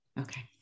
Okay